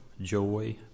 joy